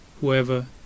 whoever